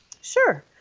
Sure